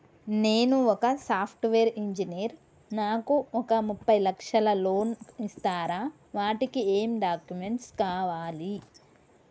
నేను ఒక software engineer నాకు ఒక ముప్పై లక్షల లోన్ ఇస్తరా? వాటికి ఏం డాక్యుమెంట్స్ కావాలి?